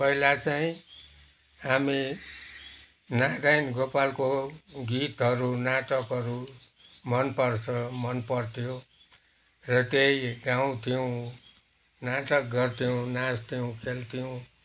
पहिला चाहिँ हामी नारायण गोपालको गीतहरू नाटकहरू मनपर्छ मन पर्थ्यो र त्यही गाउथ्यौँ नाटक गर्थ्यौँ नाचथ्यौँ खेल्थ्यौँ